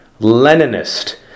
Leninist